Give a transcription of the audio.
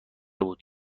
بود